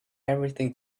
everything